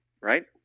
right